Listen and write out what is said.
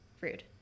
Rude